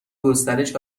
گسترش